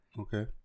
Okay